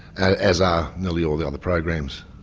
as are nearly all the other programs.